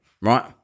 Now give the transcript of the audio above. right